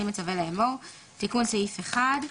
אני מצווה לאמור: תיקון סעיף 1,